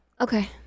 Okay